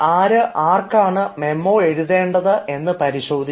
ആര് ആർക്കാണ് മെമോ എഴുതേണ്ടത് എന്ന് പരിശോധിക്കാം